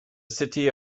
city